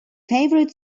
favorite